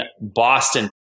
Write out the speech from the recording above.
Boston